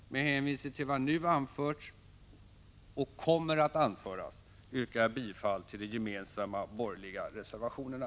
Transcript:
Med hänvisning till vad som nu anförts och kommer att anföras yrkar jag bifall till de gemensamma borgerliga reservationerna.